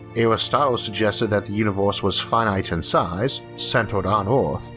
aristotle suggested that the universe was finite in size, centered on earth,